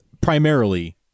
primarily